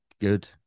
good